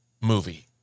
movie